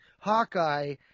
Hawkeye